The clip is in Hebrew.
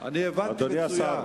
הבנתי מצוין.